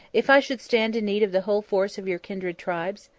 if i should stand in need of the whole force of your kindred tribes?